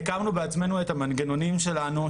הקמנו בעצמנו את המנגנונים שלנו,